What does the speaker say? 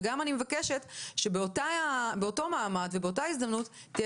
וגם אני מבקשת שבאותו מעמד ובאותה הזדמנות תהיה